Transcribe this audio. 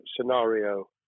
scenario